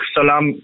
Salam